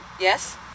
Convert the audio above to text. Yes